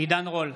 עידן רול,